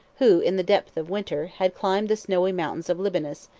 who, in the depth of winter, had climbed the snowy mountains of libanus,